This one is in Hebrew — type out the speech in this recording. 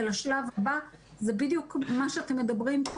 ולשלב הבא זה בדיוק מה שאתם מדברים פה.